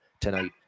tonight